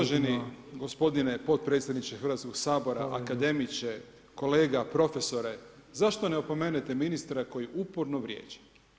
Uvaženi gospodine podpredsjedniče Hrvatskog sabora, akademiče, kolega, profesore, zašto ne opomenete ministra koji uporno vrijeđa.